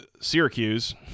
Syracuse